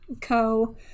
co